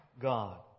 God